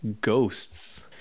Ghosts